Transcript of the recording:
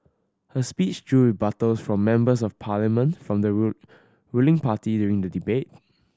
her speech drew rebuttals from Members of Parliament from the ruling party during the debate